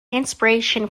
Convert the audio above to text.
inspiration